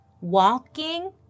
walking